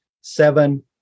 seven